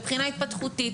מבחינה התפתחותית,